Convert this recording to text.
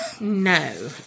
No